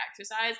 exercise